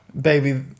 baby